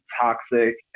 toxic